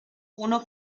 uno